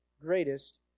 greatest